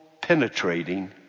penetrating